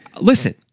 listen